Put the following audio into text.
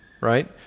right